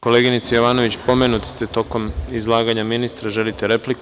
Koleginice Jovanović, pomenuti ste tokom izlaganja ministra, želite repliku.